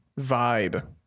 vibe